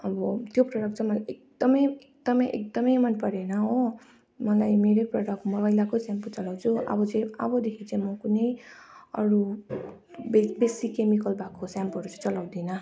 अब त्यो प्रडक्ट चाहिँ मैले एकदम एकदम एकदम मन परेन हो मलाई मेरै प्रडक्ट मैले लगाएको सेम्पो चलाउँछु अब चाहिँ अबदेखि चाहिँ म कुनै अरू बे बेसी केमिकल भएको सेम्पोहरू चाहिँ चलाउँदिनँ